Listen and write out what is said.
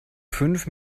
fünf